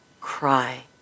cry